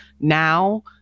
now